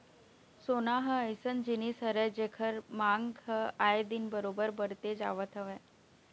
सोना ह अइसन जिनिस हरय जेखर मांग ह आए दिन बरोबर बड़ते जावत हवय